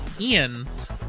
Ian's